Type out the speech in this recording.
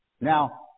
Now